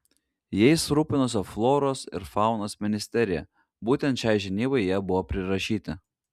jais rūpinosi floros ir faunos ministerija būtent šiai žinybai jie buvo prirašyti